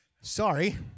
sorry